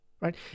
right